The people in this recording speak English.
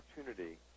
opportunity